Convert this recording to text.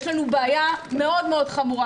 יש לנו בעיה מאוד מאוד חמורה,